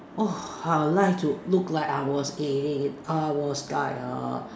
orh I like to look like I was acing it I was died err